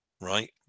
right